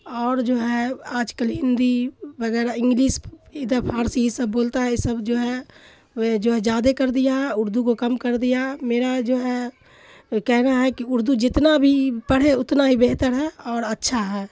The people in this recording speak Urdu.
اور جو ہے آج کل ہندی وغیرہ انگلش ادھر فارسی ای سب بولتا ہے ای سب جو ہے جو ہے زیادہ کر دیا ہے اردو کو کم کر دیا ہے میرا جو ہے کہنا ہے کہ اردو جتنا بھی پڑھے اتنا ہی بہتر ہے اور اچھا ہے